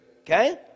Okay